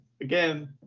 again